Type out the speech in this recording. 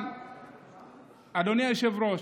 אבל אדוני היושב-ראש,